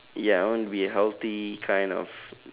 ya I want to be a healthy kind of